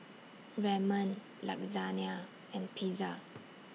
Ramen Lasagna and Pizza